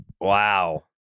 wow